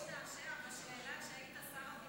אתה משתעשע בשאלה שהיית שר הביטחון.